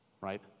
right